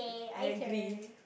I agree